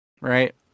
right